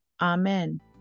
amen